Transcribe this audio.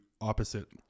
opposite